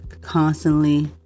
constantly